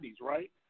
right